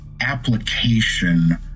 application